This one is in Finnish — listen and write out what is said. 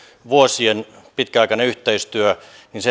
vuosien pitkäaikaisen yhteistyön